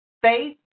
faith